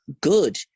good